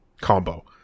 combo